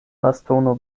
bastono